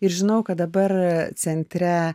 ir žinau kad dabar centre